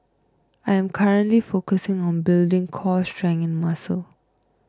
I am currently focusing on building core strength and muscle